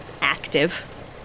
active